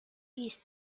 east